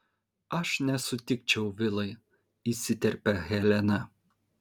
aš nesutikčiau vilai įsiterpia helena